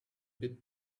bit